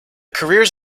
careers